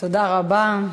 תודה רבה.